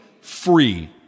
free